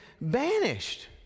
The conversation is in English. banished